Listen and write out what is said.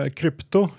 krypto